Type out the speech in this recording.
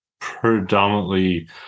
predominantly